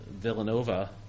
Villanova